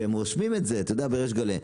והם רושמים את זה בריש גלי.